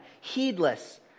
heedless